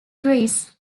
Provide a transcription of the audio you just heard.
greece